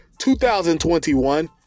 2021